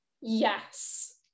yes